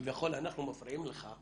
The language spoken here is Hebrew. כביכול אנחנו מפריעים לך,